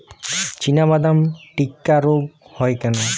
চিনাবাদাম টিক্কা রোগ হয় কেন?